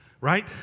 right